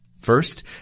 First